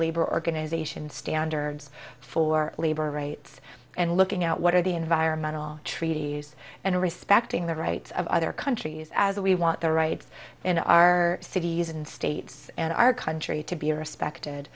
labor organization standards for labor rights and looking out what are the environmental treaties and respecting the rights of other countries as we want the rights in our cities and states and our country to be respected